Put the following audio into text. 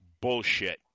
Bullshit